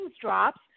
drops